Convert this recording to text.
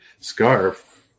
scarf